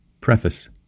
Preface